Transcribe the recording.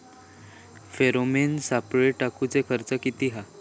Pheromone सापळे टाकूचो खर्च किती हा?